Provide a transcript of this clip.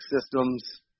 systems